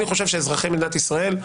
אני חושב שאזרחי מדינת ישראל,